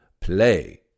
play